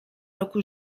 roku